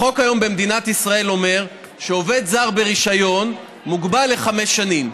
החוק היום במדינת ישראל אומר שעובד זר ברישיון מוגבל לחמש שנים.